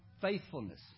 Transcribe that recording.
Faithfulness